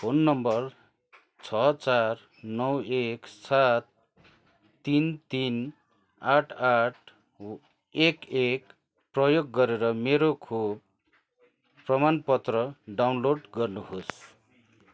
phone number छ चार नौ एक सात तिन तिन आठ आठ एक एक प्रयोग गरेर मेरो खोप प्रमाण पत्र डाउनलोड गर्नुहोस्